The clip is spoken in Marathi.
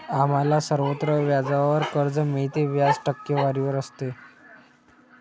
आम्हाला सर्वत्र व्याजावर कर्ज मिळते, व्याज टक्केवारीवर असते